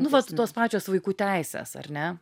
nu vat tos pačios vaikų teisės ar ne